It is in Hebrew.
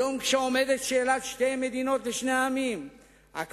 היום עומדת שאלת שתי מדינות לשני עמים ושאלת